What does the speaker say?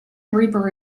reaper